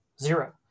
Zero